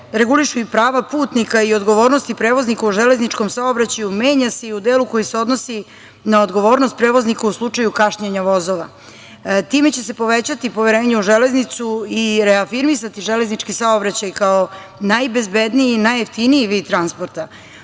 regulišu i prava putnika i odgovornosti prevoznika u železničkom saobraćaju menja se i u delu koji se odnosi na odgovornost prevoznika u slučaju kašnjenja vozova. Time će se povećati poverenje u železnicu i reafirmisati železnički saobraćaj kao najbezbedniji i najjeftiniji vid transporta. Danas,